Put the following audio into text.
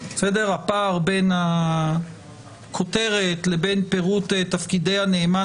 הפער בין הכותרת לבין פירוט תפקידי הנאמן